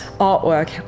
artwork